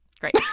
Great